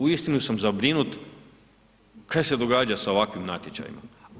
Uistinu sam zabrinut kaj se događa sa ovakvim natječajima.